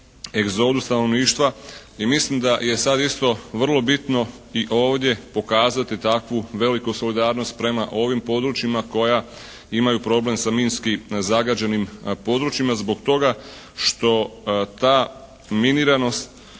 egzodus stanovništva i mislim da je sada isto vrlo bitno i ovdje pokazati takvu veliku solidarnost prema ovim područjima koja imaju problem sa minski zagađenim područjima zbog toga što ta miniranost